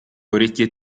orecchie